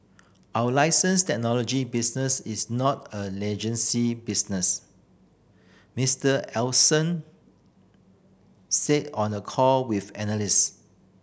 our license technology business is not a business Mister Ellison said on a call with analyst